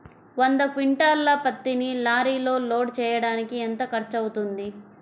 వంద క్వింటాళ్ల పత్తిని లారీలో లోడ్ చేయడానికి ఎంత ఖర్చవుతుంది?